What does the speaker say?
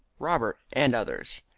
robert, and others,